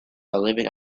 living